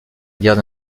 guerre